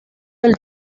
del